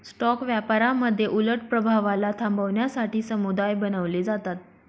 stock व्यापारामध्ये उलट प्रभावाला थांबवण्यासाठी समुदाय बनवले जातात